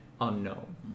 unknown